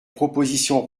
propositions